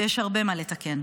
ויש הרבה מה לתקן.